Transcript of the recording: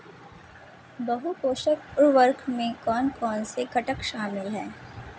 बहु पोषक उर्वरक में कौन कौन से घटक शामिल हैं?